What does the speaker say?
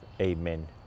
Amen